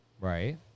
Right